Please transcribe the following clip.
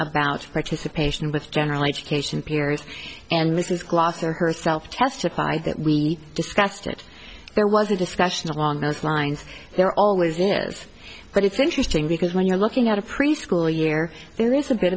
about participation with general education peers and this is gloucester herself testified that we discussed it there was a discussion along those lines there always is but it's interesting because when you're looking at a preschool year there is a bit